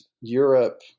europe